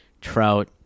Trout